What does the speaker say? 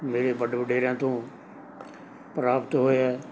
ਮੇਰੇ ਵੱਡ ਵਡੇਰਿਆਂ ਤੋਂ ਪ੍ਰਾਪਤ ਹੋਇਆ